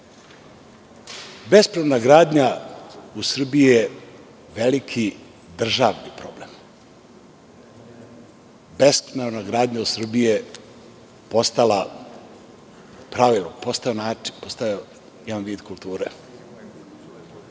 gradnja u Srbiji je veliki državni problem. Bespravna gradnja u Srbiji je postala pravilo, postala način, postala jedan vid kulture.